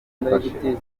tubafashe